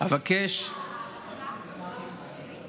יש לך הערכה של עלות תקציבית?